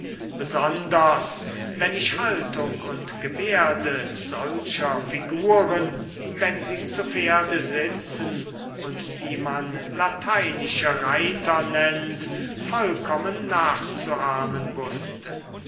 besonders wenn ich haltung und gebärde solcher figuren wenn sie zu pferde sitzen und die man lateinische reiter nennt vollkommen nachzuahmen wußte